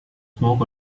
smoke